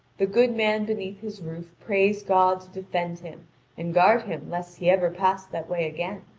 the good man beneath his roof prays god to defend him and guard him lest he ever pass that way again.